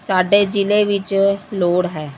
ਸਾਡੇ ਜ਼ਿਲ੍ਹੇ ਵਿੱਚ ਲੋੜ ਹੈ